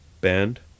band